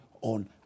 on